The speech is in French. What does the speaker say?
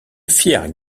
fière